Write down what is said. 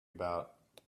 about